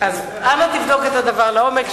תבדוק את הדבר לעומק.